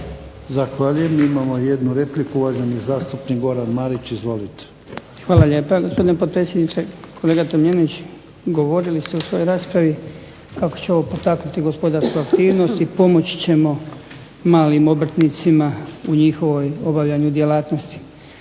Zahvaljujem. Imamo jednu repliku, uvaženi zastupnik Goran Marić. Izvolite. **Marić, Goran (HDZ)** Hvala lijepa gospodine potpredsjedniče. Kolega Tomljenović govorili ste u svojoj raspravi kako će ovo potaknuti gospodarsku aktivnost i pomoći ćemo malim obrtnicima u njihovoj obavljanju djelatnosti.